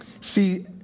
See